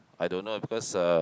I don't know because uh